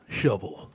Shovel